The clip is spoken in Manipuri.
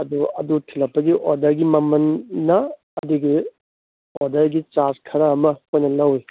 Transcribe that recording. ꯑꯗꯨ ꯊꯤꯂꯛꯄꯒꯤ ꯑꯣꯗꯔꯒꯤ ꯃꯃꯟꯅ ꯑꯗꯨꯒꯤ ꯑꯣꯗꯔꯒꯤ ꯆꯥꯔꯖ ꯈꯔ ꯑꯃ ꯑꯩꯈꯣꯏꯅ ꯂꯧꯏ